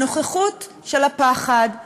הנוכחות של הפחד,